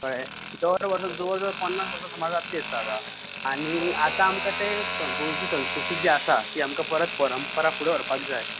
कळ्ळें दर वर्सा जवळ जवळ पन्नास वर्सा जातली आतां आनी आता आमकां ते गोंयची संस्कृती जी आसा ती आमका परत परंपरा फुडें व्हरपाक जाय